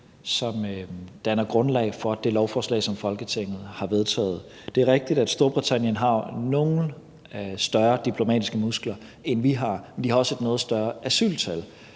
som danner grundlag for det lovforslag, som Folketinget har vedtaget. Det er rigtigt, at Storbritannien har nogle større diplomatiske muskler, end vi har, men de har også et noget større asyltal,